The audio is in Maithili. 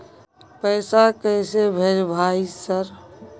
पैसा कैसे भेज भाई सर?